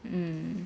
mm